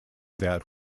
that